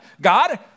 God